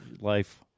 life